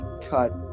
cut